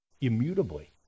immutably